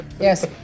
Yes